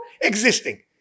existing